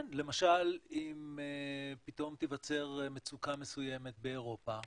כן, למשל אם פתאום תיווצר מצוקה מסוימת באירופה,